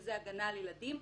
וזה הגנה על ילדים,